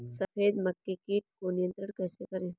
सफेद मक्खी कीट को नियंत्रण कैसे करें?